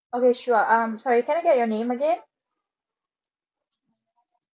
okay sure um sorry can I get your name again